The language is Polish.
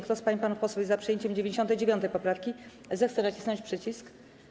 Kto z pań i panów posłów jest za przyjęciem 99. poprawki, zechce nacisnąć przycisk.